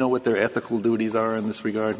know what their ethical duties are in this regard